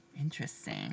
interesting